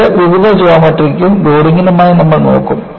ഇത് വിവിധ ജ്യോമട്രിക്കും ലോഡിംഗിനുമായി നമ്മൾ നോക്കും